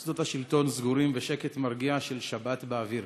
מוסדות השלטון סגורים ושקט מרגיע של שבת באוויר.